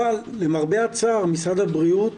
אבל למרבה הצער משרד הבריאות